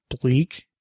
bleak